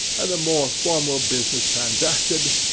and the more formal business transacted,